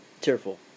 tearful